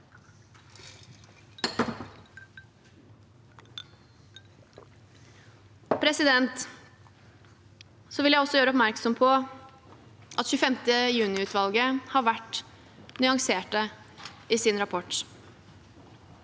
igjen. Jeg vil også gjøre oppmerksom på at 25. juni-utvalget har vært nyanserte i sin rapport.